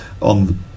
on